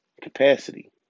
capacity